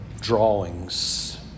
drawings